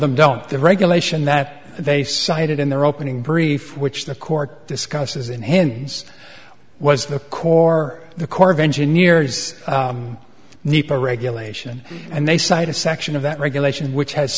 don't the regulation that they cited in their opening brief which the court discusses in hands was the core of the corps of engineers nepa regulation and they cite a section of that regulation which has